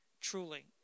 Truly